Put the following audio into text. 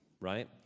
right